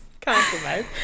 Compromise